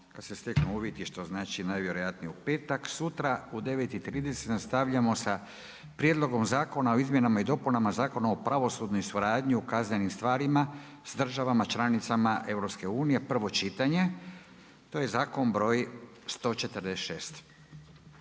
kad se steknu uvjeti, što znači najvjerojatnije u petak. Sutra u 9,30 nastavljamo sa Prijedlogom Zakona o izmjenama i dopunama Zakona o pravosudnoj suradnji u kaznenim stvarima s državama članicama EU-a, prvo čitanje, to je zakon br. 146.